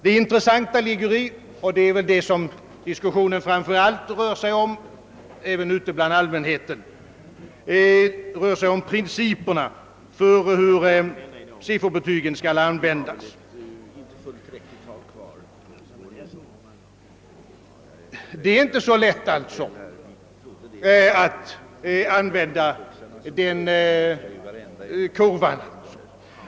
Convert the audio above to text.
Ute bland allmänheten rör diskussionen framför allt principerna för hur sifferbetygen skall användas, och däri ligger det intressanta. Det är inte så lätt att använda denna kurva.